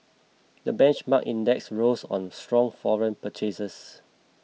the benchmark index rose on strong foreign purchases